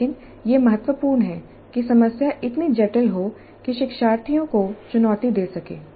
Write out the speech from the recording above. लेकिन यह महत्वपूर्ण है कि समस्या इतनी जटिल हो कि शिक्षार्थियों को चुनौती दे सके